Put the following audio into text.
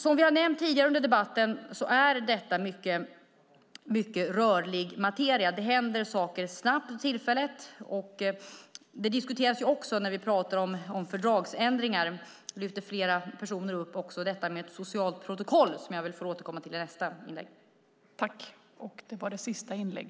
Som vi har nämnt tidigare i debatten är detta rörlig materia. Det händer saker snabbt för tillfället. När vi diskuterar fördragsändringar har också flera personer lyft fram detta med ett socialt protokoll, vilket jag väl får återkomma till i nästa inlägg.